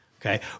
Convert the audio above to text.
okay